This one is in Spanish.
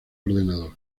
ordenador